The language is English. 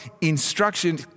instruction